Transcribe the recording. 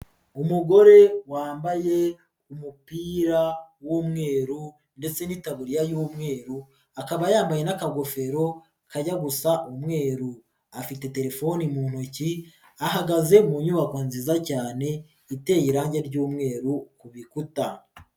Umugore wambaye umupira w'umweru ndetse n'itaburiya y'umweru, akaba yambaye n'akagofero kajya gusa umweru, afite telefone mu ntoki ahagaze mu nyubako nziza cyane iteye irangi ry'umweru ku bikuta.